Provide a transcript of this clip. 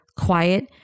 quiet